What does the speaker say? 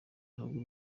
hagwa